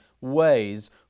ways